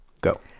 go